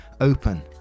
open